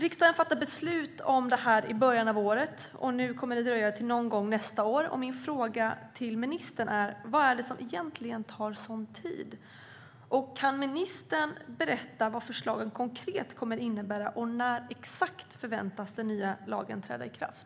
Riksdagen fattade beslut om det här i början av detta år, och nu kommer det att dröja till någon gång nästa år. Mina frågor till ministern är: Vad är det egentligen som tar sådan tid? Kan ministern berätta vad förslagen konkret kommer att innebära och exakt när den nya lagen förväntas träda i kraft?